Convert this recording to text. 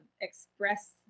express